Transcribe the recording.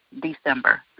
December